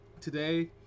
today